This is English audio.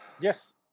Yes